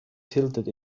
tilted